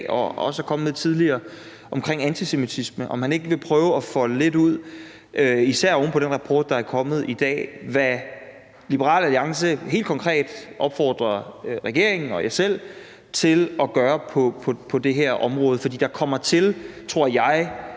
og også er kommet med tidligere, om antisemitisme, og om han ikke vil prøve at folde lidt ud, især oven på den rapport, der er kommet i dag, hvad Liberal Alliance helt konkret opfordrer regeringen og jer selv til at gøre på det her område. Jeg kommer i hvert